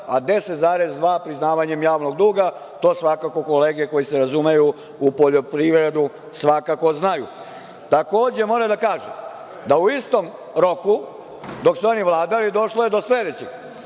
a 10,2 priznavanjem javnog duga. To kolege koje se razumeju u poljoprivredu svakako znaju. Takođe, moram da kažem da u istom roku dok su oni vladali došlo je do sledećeg,